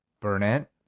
Burnett